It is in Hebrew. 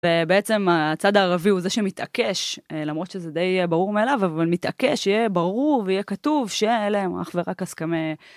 ובעצם הצד הערבי הוא זה שמתעקש למרות שזה די ברור מאליו אבל מתעקש שיהיה ברור ויהיה כתוב שאלה הם אך ורק הסכמי...